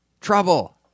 Trouble